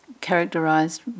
characterized